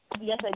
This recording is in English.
Yes